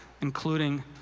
including